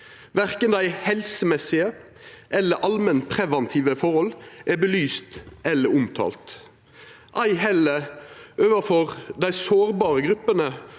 Verken dei helsemessige eller allmennpreventive forholda er belyste eller omtalte, ei heller overfor dei sårbare gruppene